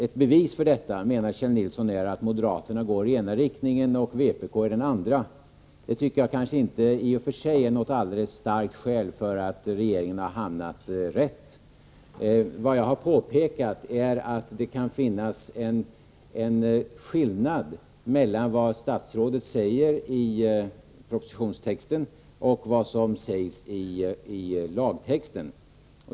Ett bevis för detta menar Kjell Nilsson är att moderaterna i det här fallet går i den ena riktningen och vpk i den andra. Detta tycker jag i och för sig inte är ett särskilt starkt bevis för att regeringen har hamnat rätt. Vad jag har påpekat är att det kan finnas en skillnad mellan vad statsrådet skriver i propositionstexten och vad som sägs i lagtexten.